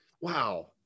Wow